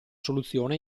soluzione